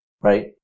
right